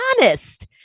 honest